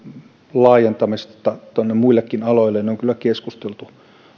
laajentamista tuonne muillekin aloille niistä on kyllä keskusteltu